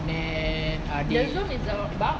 and then ah theory